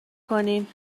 کنین